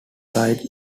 side